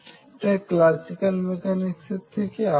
এটা ক্লাসিক্যাল মেকানিক্সের থেকে আলাদা